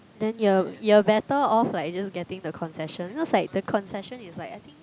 then you're you're better off like you just getting the concession cause like the concession is like I think